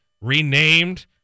renamed